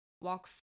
walk